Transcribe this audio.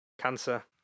Cancer